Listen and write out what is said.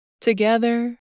Together